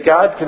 God